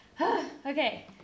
Okay